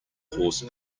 horse